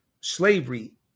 slavery